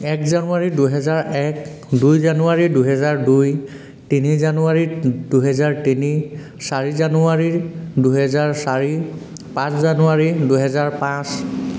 এক জানুৱাৰী দুহেজাৰ এক দুই জানুৱাৰী দুহেজাৰ দুই তিনি জানুৱাৰী দুহেজাৰ তিনি চাৰি জানুৱাৰীৰ দুহেজাৰ চাৰি পাঁচ জানুৱাৰী দুহেজাৰ পাঁচ